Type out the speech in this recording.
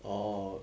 oh